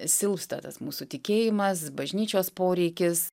silpsta tas mūsų tikėjimas bažnyčios poreikis